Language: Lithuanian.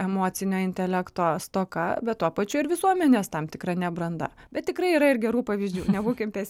emocinio intelekto stoka bet tuo pačiu ir visuomenės tam tikra nebranda bet tikrai yra ir gerų pavyzdžių nebūkim pes